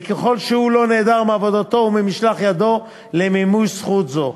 וככל שהוא לא נעדר מעבודתו או ממשלח ידו למימוש זכות זו.